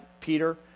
Peter